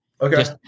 Okay